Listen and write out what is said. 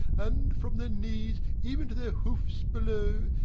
and, from their knees even to their hoofs below,